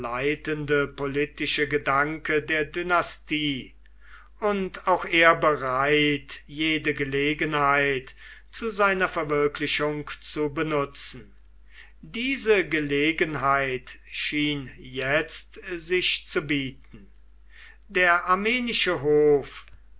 politische gedanke der dynastie und auch er bereit jede gelegenheit zu seiner verwirklichung zu benutzen diese gelegenheit schien jetzt sich zu bieten der armenische hof